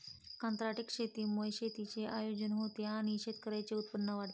कंत्राटी शेतीमुळे शेतीचे आयोजन होते आणि शेतकऱ्यांचे उत्पन्न वाढते